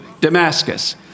Damascus